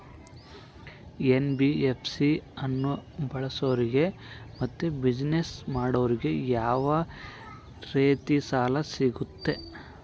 NBFC ಅನ್ನು ಬಳಸೋರಿಗೆ ಮತ್ತೆ ಬಿಸಿನೆಸ್ ಮಾಡೋರಿಗೆ ಯಾವ ರೇತಿ ಸಾಲ ಸಿಗುತ್ತೆ?